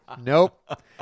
Nope